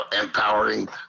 empowering